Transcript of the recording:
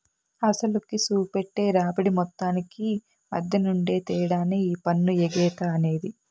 అసలుకి, సూపెట్టే రాబడి మొత్తానికి మద్దెనుండే తేడానే ఈ పన్ను ఎగేత అనేది